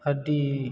हड्डी